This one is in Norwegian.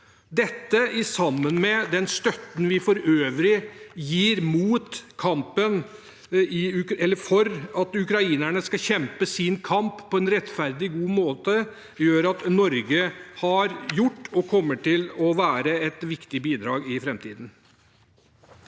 samhold. Sammen med den støtten vi for øvrig gir for at ukrainerne skal kjempe sin kamp på en rettferdig, god måte, gjør dette at Norge har gitt og kommer til å gi et viktig bidrag i framtiden.